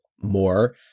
more